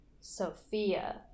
Sophia